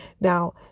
now